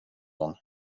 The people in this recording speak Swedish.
gång